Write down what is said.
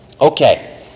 Okay